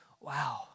wow